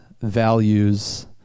values